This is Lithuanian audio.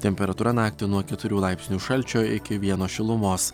temperatūra naktį nuo keturių laipsnių šalčio iki vieno šilumos